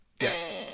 yes